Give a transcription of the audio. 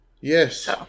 Yes